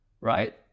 right